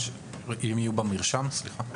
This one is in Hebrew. הם יהיו במרשם אחר כך?